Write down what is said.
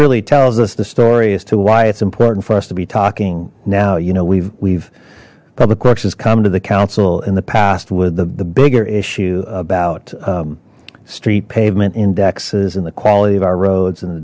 really tells us the story as to why it's important for us to be talking now you know we've we've public works has come to the council in the past with the bigger issue about street pavement indexes and the quality of our roads and